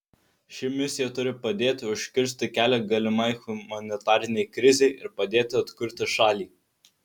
ši misija turi padėti užkirsti kelią galimai humanitarinei krizei ir padėti atkurti šalį